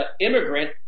immigrant